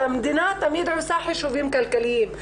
המדינה תמיד עושה חישובים כלכליים,